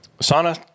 Sana